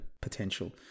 potential